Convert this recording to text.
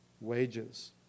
wages